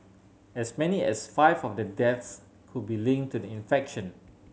as many as five of the deaths could be linked to the infection